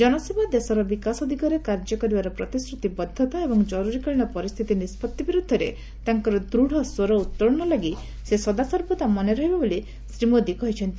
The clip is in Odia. ଜନସେବା ଦେଶର ବିକାଶ ଦିଗରେ କାର୍ଯ୍ୟକରିବାର ପ୍ରତିଶ୍ରୁତିବଦ୍ଧତା ଏବଂ ଜରୁରୀକାଳୀନ ପରିସ୍ଥିତି ନିଷ୍ପଭି ବିରୁଦ୍ଧରେ ତାଙ୍କର ଦୃତ୍ ସ୍ୱର ଉତ୍ତୋଳନ ଲାଗି ସେ ସଦାସର୍ବଦା ମନେରହିବେ ବୋଲି ଶ୍ରୀ ମୋଦି କହିଛନ୍ତି